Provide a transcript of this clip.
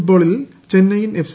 ഫുട്ബോളിൽ ചെന്നൈയിൻ എഫ്